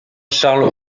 charles